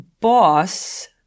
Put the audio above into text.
boss